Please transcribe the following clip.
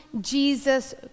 Jesus